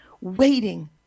waiting